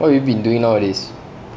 what have you been doing nowadays